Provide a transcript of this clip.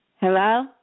Hello